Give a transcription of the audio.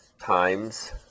times